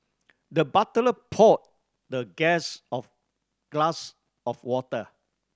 the butler poured the guest of a glass of water